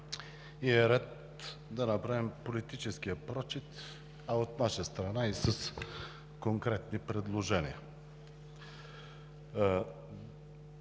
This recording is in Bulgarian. и е ред да направим политическия прочит, а от наша страна – с конкретни предложения.